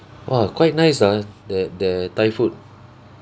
!wah! quite nice ah their their thai food